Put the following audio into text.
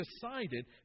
decided